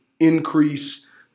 increase